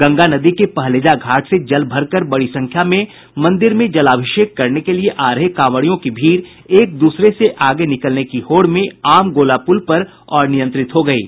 गंगा नदी के पहलेजा घाट से जल भरकर बड़ी संख्या में मंदिर में जलामिषेक करने के लिए आ रहे कांवरियों की भीड़ एक दूसरे से आगे निकलने की होड़ में आमगोला पुल पर अनियंत्रित हो गयी